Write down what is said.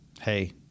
Hey